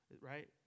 right